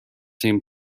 seem